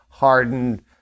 Hardened